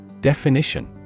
Definition